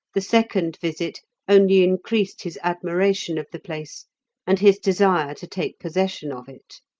the second visit only increased his admiration of the place and his desire to take possession of it.